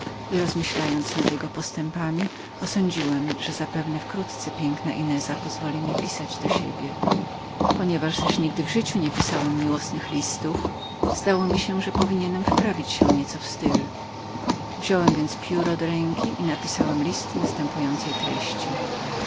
i rozmyślając nad jego postępami osądziłem że może ta chwila nie jest bardzo daleką w której piękna ineza da mi prawo pisania do niej ponieważ zaś nigdy w życiu nie pisałem miłosnych listów zdało mi się że powinienem był wprawić się nieco w styl wziąłem więc pióro do ręki i napisałem list następującej treści